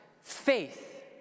faith